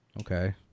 Okay